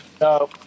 No